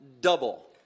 Double